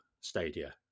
stadia